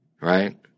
right